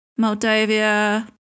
Moldavia